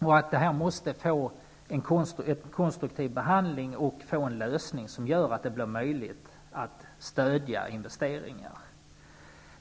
Den här frågan måste få en konstruktiv behandling och en lösning som gör att det blir möjligt att stödja exportinvesteringar.